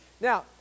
Now